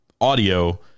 audio